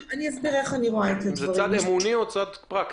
האם זה צד אמוני או צד פרקטי.